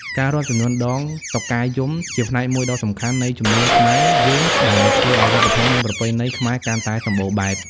ការរាប់ចំនួនដងតុកែយំជាផ្នែកមួយដ៏សំខាន់នៃជំនឿខ្មែរយើងដែលធ្វើឲ្យវប្បធម៌ និងប្រពៃណីខ្មែរកាន់តែសម្បូរបែប។